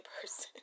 person